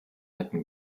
hätten